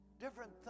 different